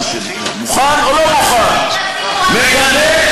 יש לי שאלה: אתה מגנה,